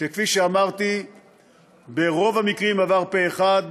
שכפי שאמרתי ברוב המקרים עבר פה אחד,